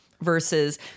versus